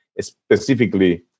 specifically